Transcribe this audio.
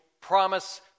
promise